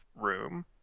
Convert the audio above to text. room